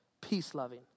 peace-loving